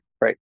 right